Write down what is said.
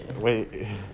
Wait